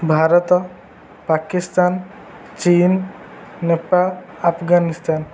ଭାରତ ପାକିସ୍ତାନ ଚୀନ୍ ନେପାଳ ଆଫଗାନିସ୍ତାନ